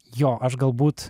jo aš galbūt